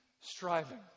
striving